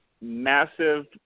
massive